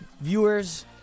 viewers